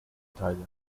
teile